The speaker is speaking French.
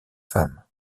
femmes